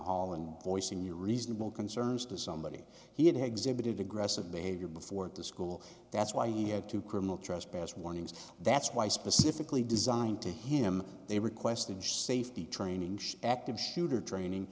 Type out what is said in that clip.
hall and voicing your reasonable concerns to somebody he had exhibited aggressive behavior before at the school that's why he had to criminal trespass warnings that's why specifically designed to him they requested safety training active shooter training